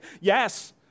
yes